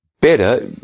better